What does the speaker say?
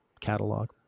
catalog